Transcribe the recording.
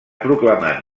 proclamat